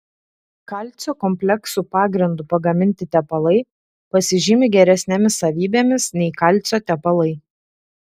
kalcio kompleksų pagrindu pagaminti tepalai pasižymi geresnėmis savybėmis nei kalcio tepalai